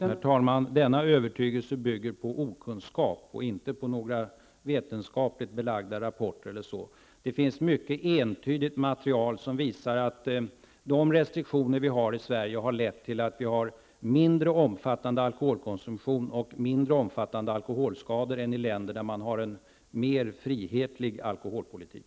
Herr talman! Denna övertygelse bygger på okunskap och inte på några vetenskapligt belagda rapporter. Det finns ett mycket entydigt material som visar att de restriktioner som vi har i Sverige har lett till mindre omfattande alkoholkonsumtion och mindre omfattande alkoholskador än vad man har i länder med en mer frihetlig alkoholpolitik.